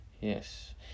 Yes